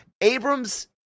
Abrams